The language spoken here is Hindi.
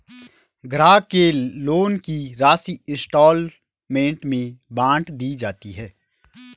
ग्राहक के लोन की राशि इंस्टॉल्मेंट में बाँट दी जाती है